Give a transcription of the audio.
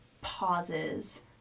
pauses